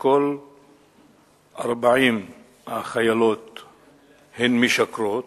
שכל 40 החיילות משקרות,